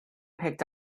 picked